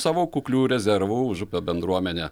savo kuklių rezervų užupio bendruomenė